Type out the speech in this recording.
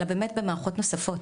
אלא במערכות נוספות,